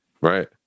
Right